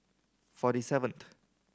forty seventh